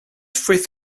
frith